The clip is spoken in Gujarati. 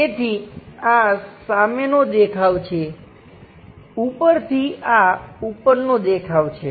તેથી આ સામેનો દેખાવ છે ઉપરથી આ ઉપરનો દેખાવ છે